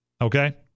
Okay